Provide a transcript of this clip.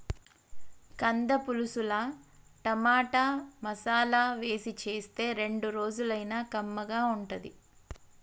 కంద పులుసుల టమాటా, మసాలా వేసి చేస్తే రెండు రోజులైనా కమ్మగా ఉంటది